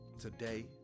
today